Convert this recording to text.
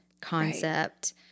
concept